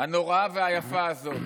הנוראה והיפה הזאת: